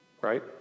right